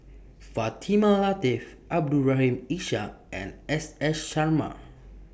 Fatimah Lateef Abdul Rahim Ishak and S S Sarma